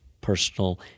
personal